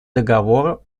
договору